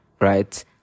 right